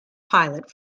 pilot